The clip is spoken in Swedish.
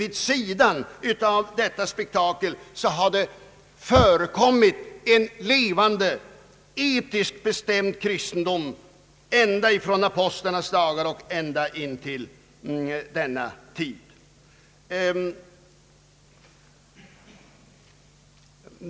Vid sidan av detta spektakel har det nämligen förekommit en levande, etiskt bestämd kristendom från apostlarnas dagar och ända in i denna tid.